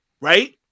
right